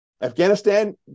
Afghanistan